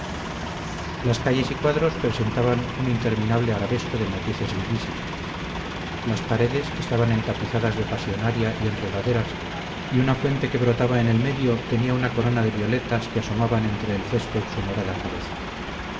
las calles y cuadros presentaban un interminable arabesco de matices vivísimos las paredes estaban entapizadas de pasionaria y enredaderas y una fuente que brotaba en el medio tenía una corona de violetas que asomaban entre el césped su morada cabeza